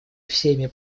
всеми